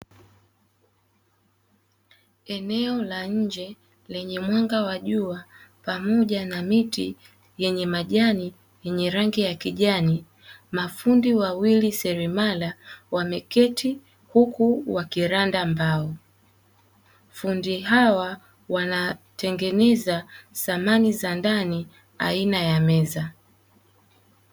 Eneo la nje lenye mwanga wa jua pamoja na miti yenye majani yenye rangi ya kijani. Mafundi wawili selemala wameketi huku wakiranda mbao, fundi hawa wanatengeneza samani za ndani aina ya meza.